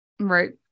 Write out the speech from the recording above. Right